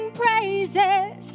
praises